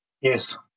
Yes